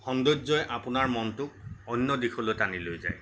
সৌন্দৰ্যই আপোনাৰ মনটোক অন্য় দিশলৈ টানি লৈ যায়